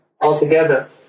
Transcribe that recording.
Altogether